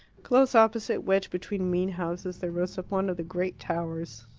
close opposite, wedged between mean houses, there rose up one of the great towers.